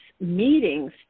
meetings